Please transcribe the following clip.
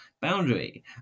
boundary